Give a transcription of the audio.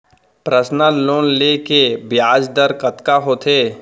Personal loan ले के ब्याज दर कतका होथे?